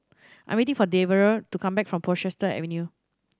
I am waiting for Devaughn to come back from Portchester Avenue